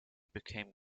became